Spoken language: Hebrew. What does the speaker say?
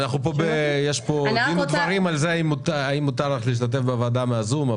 אנחנו מדברים על זה אם מותר לך להשתתף בוועדה מהזום,